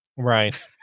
Right